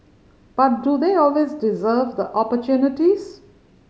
but do they always deserve the opportunities